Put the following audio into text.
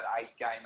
eight-game